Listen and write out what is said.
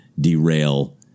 derail